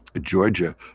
Georgia